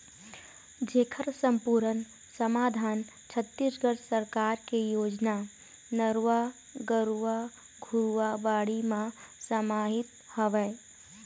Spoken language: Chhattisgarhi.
जेखर समपुरन समाधान छत्तीसगढ़ सरकार के योजना नरूवा, गरूवा, घुरूवा, बाड़ी म समाहित हवय